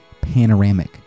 panoramic